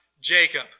Jacob